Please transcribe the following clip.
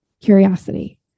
curiosity